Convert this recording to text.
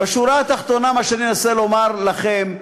בשורה התחתונה, מה שאני מנסה לומר לכם,